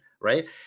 right